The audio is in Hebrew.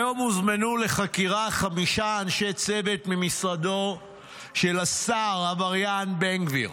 היום הוזמנו לחקירה חמישה אנשי צוות ממשרדו של השר העבריין בן גביר,